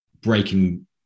breaking